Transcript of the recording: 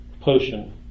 potion